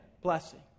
blessing